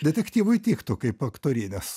detektyvui tiktų kaip aktorinis